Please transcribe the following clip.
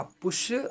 push